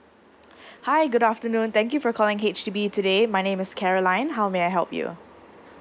hi good afternoon thank you for calling H_D_B today my name is caroline how may I help you